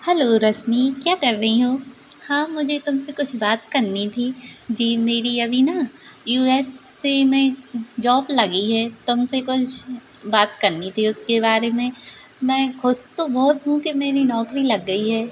hello Rashmi क्या कर रही हो हाँ मुझे तुमसे कुछ बात करनी थी जी मेरी अभी न यू एस ए में जॉब लगी है तुमसे कुछ बात करनी थी उसके बारे में मैं खुश तो बहुत हूँ कि मेरी नौकरी लग गई है